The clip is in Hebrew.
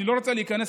אני לא רוצה להיכנס,